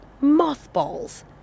mothballs